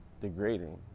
degrading